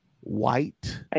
white